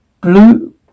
Blue